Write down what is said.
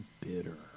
bitter